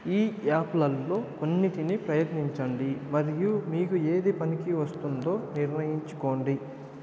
ఈ యాప్లలో కొన్నింటిని ప్రయత్నించండి మరియు మీకు ఏది పనికివస్తుందో నిర్ణయించుకోండి